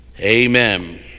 Amen